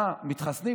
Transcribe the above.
מה, מתחסנים?